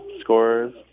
scores